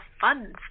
fun